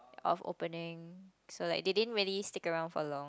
of opening so like they didn't really stick around for long